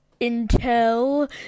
intel